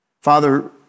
Father